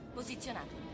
posizionato